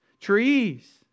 Trees